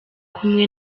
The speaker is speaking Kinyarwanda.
kumwe